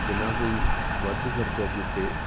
ਬਿਨਾ ਕੋਈ ਵਾਧੂ ਖਰਚਾ ਕੀਤੇ